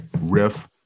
riff